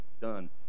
done